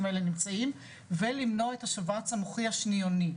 האלה נמצאים ולמנוע את השבץ המוחי השניוני,